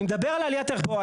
אני מדבר על עליית ערך פה.